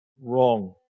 wrong